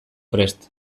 prest